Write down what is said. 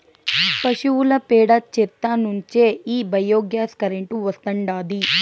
పశువుల పేడ చెత్త నుంచే ఈ బయోగ్యాస్ కరెంటు వస్తాండాది